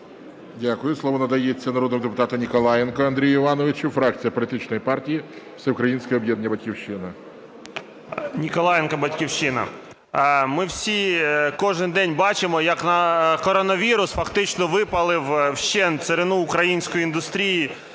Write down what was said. Дякую. Слово надається народному депутату Ніколаєнку Андрію Івановичу, фракція політичної партії Всеукраїнське об'єднання "Батьківщина". 14:06:53 НІКОЛАЄНКО А.І. Ніколаєнко, "Батьківщина". Ми всі кожен день бачимо, як коронавірус фактично випалив вщент царину української індустрії,